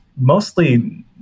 mostly